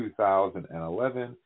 2011